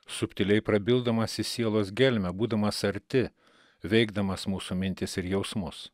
subtiliai prabildamas į sielos gelmę būdamas arti veikdamas mūsų mintis ir jausmus